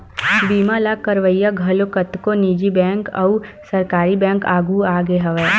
बीमा ल करवइया घलो कतको निजी बेंक अउ सरकारी बेंक आघु आगे हवय